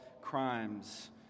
crimes